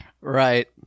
Right